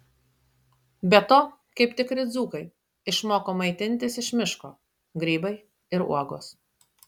be to kaip tikri dzūkai išmoko maitintis iš miško grybai ir uogos